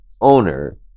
owner